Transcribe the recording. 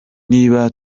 niba